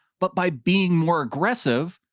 but by being more aggressive,